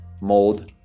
mold